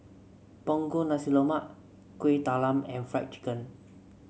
Punggol Nasi Lemak Kueh Talam and Fried Chicken